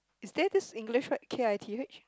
is there this English word K I T H